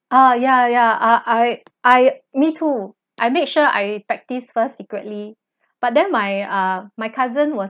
ah yeah yeah I I I me too I make sure I practice first secretly but then my uh my cousin was